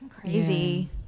Crazy